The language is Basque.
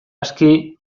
aski